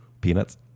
Peanuts